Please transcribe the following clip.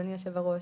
אדוני יושב הראש,